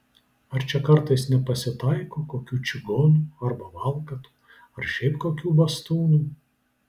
ar čia kartais nepasitaiko kokių čigonų arba valkatų ar šiaip kokių bastūnų